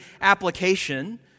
application